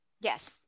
yes